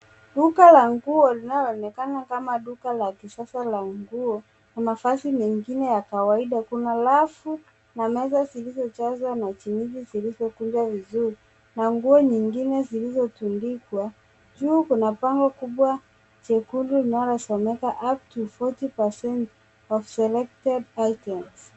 Duka la nguo linaloonekana kama duka la kisasa la nguo na mavazi mengineya kawaida. Kuna rafu na meza zilizojazwa na jinsi zilizokunjwa vizuri na nguo nyingine zilizotundikwa. Juu kuna bango kubwa jekundu linalosomoka upto fourty percent of selected items .